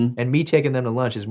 and and me taking them to lunch,